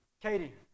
Katie